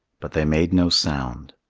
but they made no sound.